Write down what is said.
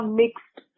mixed